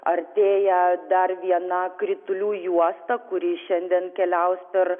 artėja dar viena kritulių juosta kuri šiandien keliaus per